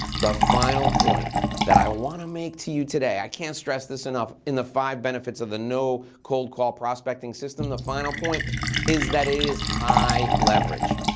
the final point that i wanna make to you today. i can't stress this enough in the five benefits of the no cold call prospecting system, the final point is that it is high leverage.